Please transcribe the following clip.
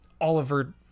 Oliver